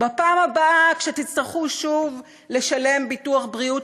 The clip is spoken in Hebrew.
בפעם הבאה שתצטרכו שוב לשלם ביטוח בריאות